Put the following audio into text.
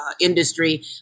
industry